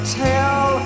tell